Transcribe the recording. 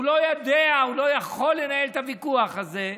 הוא לא יודע, הוא לא יכול לנהל את הוויכוח הזה,